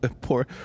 poor